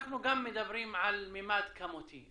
אנחנו גם מדברים על ממד כמותי.